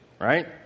right